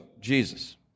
Jesus